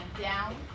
down